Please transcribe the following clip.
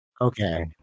Okay